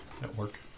network